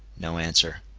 no answer.